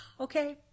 Okay